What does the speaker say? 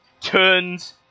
turns